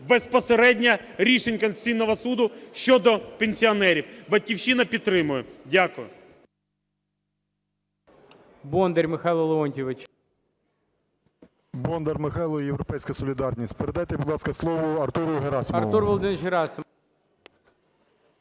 безпосереднє рішень Конституційного Суду щодо пенсіонерів. "Батьківщина" підтримує. Дякую.